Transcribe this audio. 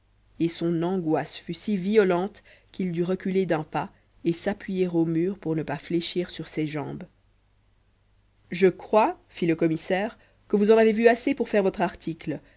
et son angoisse fut si violente qu'il dut reculer d'un pas et s'appuyer au mur pour ne pas fléchir sur ses jambes je crois fit le commissaire que vous en avez vu assez pour faire votre article